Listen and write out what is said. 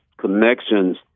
connections